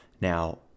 Now